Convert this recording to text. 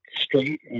Straight